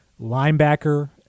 linebacker